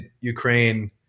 Ukraine